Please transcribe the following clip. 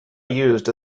used